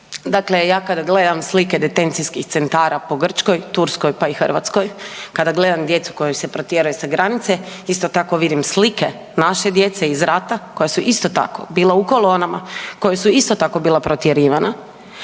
Dakle, ja kad gledam slike detencijskih centara po Grčkoj, Turskoj, pa i Hrvatskoj kada gledam djecu koju se protjera sa granice isto tako vidim slike naše djece iz rata koja su isto tako bila u kolonama, koja su isto tako bila protjerivana